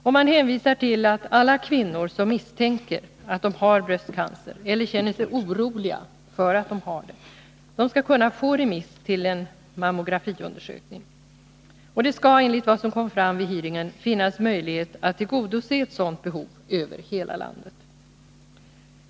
Och man hänvisar till att alla kvinnor som misstänker att de har bröstcancer, eller känner sig oroliga för att de har det, skall kunna få remiss till en mammografiundersökning. Det skall, enligt vad som kom fram vid hearingen, finnas möjlighet att tillgodose ett sådant behov över hela landet.